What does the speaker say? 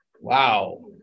Wow